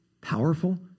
Powerful